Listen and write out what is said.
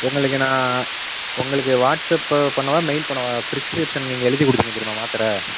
உங்களுக்கு நான் உங்களுக்கு வாட்ஸ்அப்பு பண்ணவா மெய்ல் பண்ணவா ப்ரிக்ஷினிப்ஷன் நீங்கள் எழுதி கொடுத்திங்க தெரியுமா மாத்திர